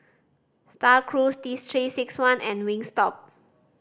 Star Cruise Three Six One and Wingstop